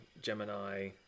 Gemini